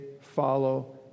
follow